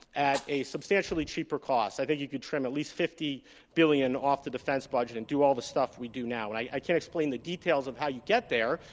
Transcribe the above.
at a substantially cheaper cost. i think you could trim at least fifty billion off the defense budget and do all the stuff we do now. and i i can't explain the details of how you get there,